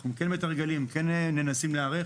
אנחנו מתרגלים ומנסים להיערך,